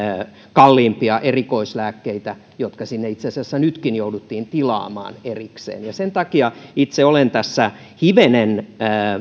kalliimpia erikoislääkkeitä jotka sinne itse asiassa nytkin jouduttiin tilaamaan erikseen sen takia itse olen hivenen